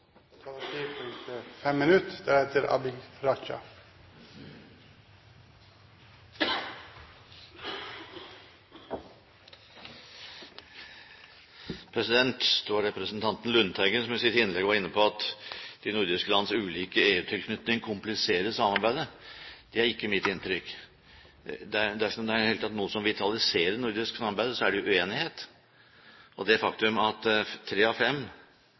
representanten Lundteigen som i sitt innlegg var inne på at de nordiske lands ulike EU-tilknytning kompliserer samarbeidet. Det er ikke mitt inntrykk. Dersom det i det hele tatt er noe som vitaliserer det nordiske samarbeidet, er det uenighet. Og det faktum at tre av fem